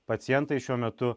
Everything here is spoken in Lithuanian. pacientai šiuo metu